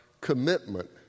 commitment